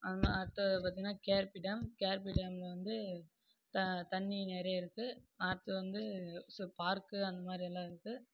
அங்கே அடுத்தது பார்த்திங்கன்னா K R P dam K R P டேமில் வந்து த தண்ணி நிறைய இருக்குது அடுத்தது வந்து ஸோ பார்க்கு அந்தமாதிரியெல்லாம் இருக்குது